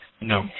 No